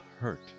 hurt